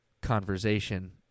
conversation